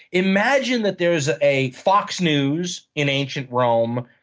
imagine that there is a fox news in ancient rome,